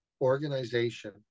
organization